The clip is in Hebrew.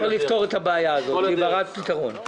אפשר לפתור את הבעיה הזאת, היא ברת פתרון.